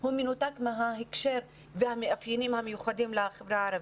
הוא מנותק מההקשר ומהמאפיינים המיוחדים לחברה הערבית.